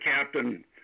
captain